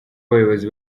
abayobozi